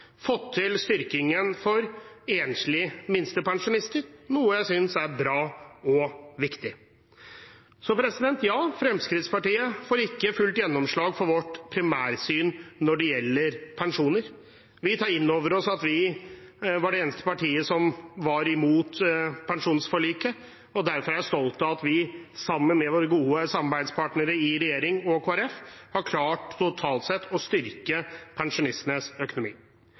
fått til en styrking for enslige minstepensjonister, noe jeg synes er bra og viktig. Så ja, Fremskrittspartiet får ikke fullt gjennomslag for vårt primærsyn når det gjelder pensjoner. Vi tar inn over oss at vi var det eneste partiet som var imot pensjonsforliket, og derfor er jeg stolt av at vi, sammen med våre gode samarbeidspartnere i regjeringen og Kristelig Folkeparti, totalt sett har klart å styrke pensjonistenes økonomi.